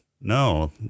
No